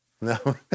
No